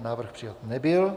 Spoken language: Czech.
Návrh přijat nebyl.